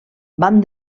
van